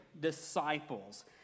disciples